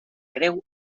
creu